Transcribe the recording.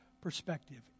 perspective